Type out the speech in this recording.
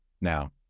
Now